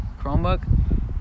Chromebook